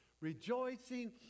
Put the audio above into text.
Rejoicing